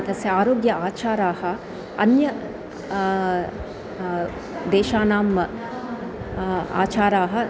तस्य आरोग्याचाराः अन्य देशानाम् आचाराः